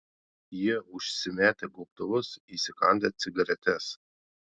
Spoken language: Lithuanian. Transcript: jie užsimetę gobtuvus įsikandę cigaretes